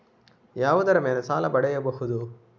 ಯಾವುದರ ಮೇಲೆ ಸಾಲ ಪಡೆಯಬಹುದು?